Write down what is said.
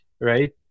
right